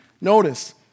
Notice